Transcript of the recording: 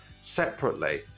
separately